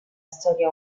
storia